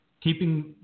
Keeping